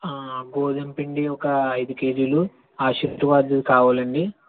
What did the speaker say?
ఆ గోధుమపిండి ఒక ఐదు కేజీలు ఆశీర్వాద్ కావాలండి